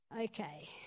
Okay